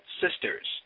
sisters